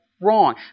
wrong